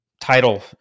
title